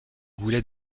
goulet